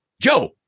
Joe